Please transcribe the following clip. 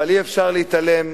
אבל אי-אפשר להתעלם,